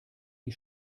die